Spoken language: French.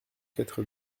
quatre